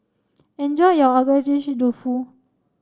enjoy your Agedashi dofu